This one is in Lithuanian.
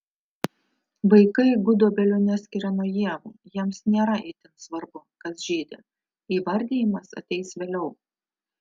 vaikai gudobelių neskiria nuo ievų jiems nėra itin svarbu kas žydi įvardijimas ateis vėliau